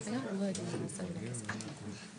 הקשיים בהעברת כספים ורכוש לעולים חדשים מרוסיה.